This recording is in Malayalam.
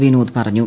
വിനോദ് പറഞ്ഞു